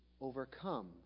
overcome